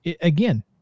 again –